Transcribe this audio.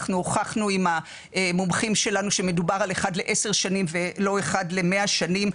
אנחנו הוכחנו עם המומחים שלנו שמדובר על 1 ל-10 שנים ולא 1 ל-100 שנים.